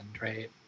right